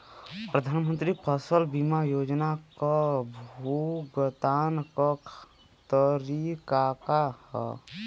प्रधानमंत्री फसल बीमा योजना क भुगतान क तरीकाका ह?